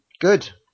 Good